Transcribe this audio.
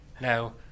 Now